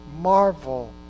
marvel